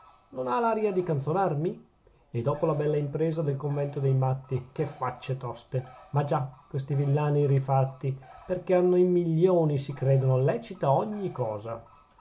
non ha l'aria di canzonarmi e dopo la bella impresa del convento dei matti che facce toste ma già questi villani rifatti perchè hanno i milioni si credono lecita ogni cosa